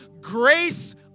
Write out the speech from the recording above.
grace